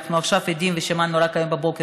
ואנחנו עכשיו עדים ושמענו רק היום הבוקר